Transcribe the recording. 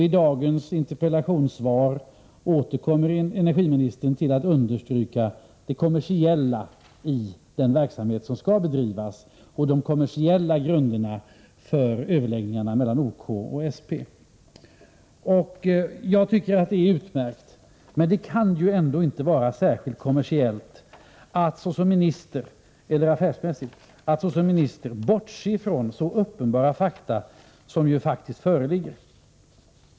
I dagens interpellationssvar understryker energiministern igen det kommersiella i den verksamhet som skall bedrivas och de kommersiella grunderna för överläggningarna mellan OK och SP. Jag tycker att det är utmärkt, men det kan ju ändå inte vara särskilt affärsmässigt att såsom ministern gör bortse från så uppenbara fakta som här faktiskt föreligger.